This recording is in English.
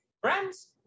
friends